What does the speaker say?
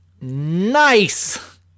nice